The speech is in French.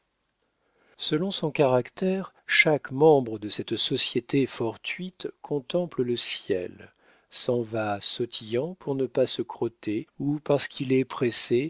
selon son caractère chaque membre de cette société fortuite contemple le ciel s'en va sautillant pour ne pas se crotter ou parce qu'il est pressé